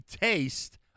taste